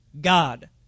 God